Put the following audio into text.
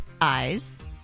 eyes